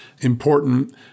important